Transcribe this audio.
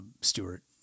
Stewart